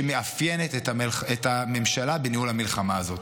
שמאפיינת את הממשלה בניהול המלחמה הזאת.